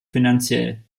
finanziell